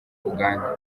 uganda